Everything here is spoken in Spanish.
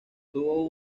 tuvo